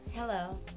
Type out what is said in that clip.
Hello